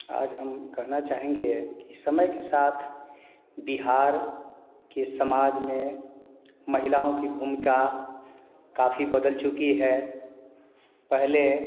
आज हम कहना चाहेंगे कि समय के साथ बिहार के समाज में महिलाओं की भूमिका काफी बदल चुकी है पहले